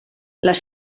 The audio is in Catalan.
les